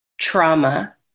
trauma